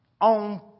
on